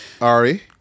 Ari